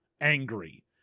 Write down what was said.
angry